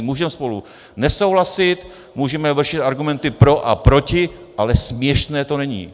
Můžeme spolu nesouhlasit, můžeme vršit argumenty pro a proti, ale směšné to není.